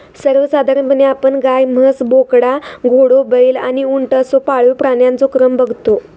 सर्वसाधारणपणे आपण गाय, म्हस, बोकडा, घोडो, बैल आणि उंट असो पाळीव प्राण्यांचो क्रम बगतो